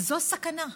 וזו סכנה.